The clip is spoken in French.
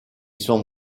sont